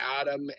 Adam